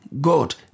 God